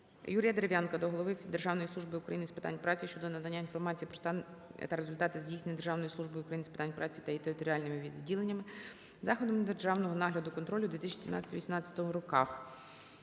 Юрія Дерев'янка до голови Державної служби України з питань праці щодо надання інформації про стан та результати здійснення Державною службою України з питань праці та її територіальними органами заходів державного нагляду (контролю) у 2017-2018 роках.